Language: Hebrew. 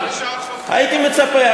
הייתי מצפה,